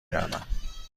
کردم